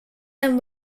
and